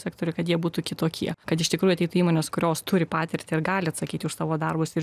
sektoriuj kad jie būtų kitokie kad iš tikrųjų ateitų monės kurios turi patirtį ir gali atsakyti už savo darbus ir